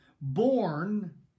born